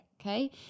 Okay